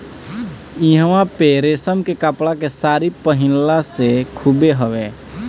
इहवां पे रेशम के कपड़ा के सारी पहिनला के खूबे हवे